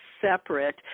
separate